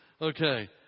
Okay